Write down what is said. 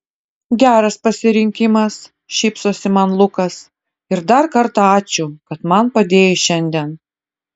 geras pasirinkimas šypsosi man lukas ir dar kartą ačiū kad man padėjai šiandien